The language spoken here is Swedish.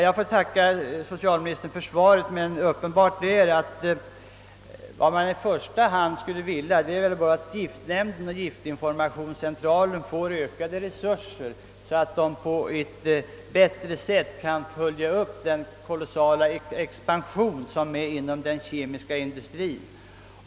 Jag tackar socialministern för svaret, men vad man i första hand skulle vilja är, att giftnämnden och giftinformationscentralen får ökade resurser, så att de på ett bättre sätt kan följa den kolossala expansionen inom den kemiska industrien.